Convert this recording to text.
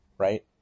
Right